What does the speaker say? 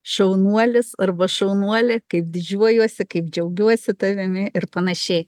šaunuolis arba šaunuolė kaip didžiuojuosi kaip džiaugiuosi tavimi ir panašiai